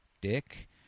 Dick